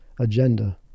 agenda